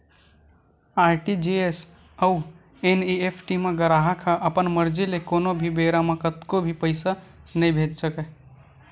RTGS अउ NEFT म गराहक ह अपन मरजी ले कोनो भी बेरा म कतको भी पइसा नइ भेज सकय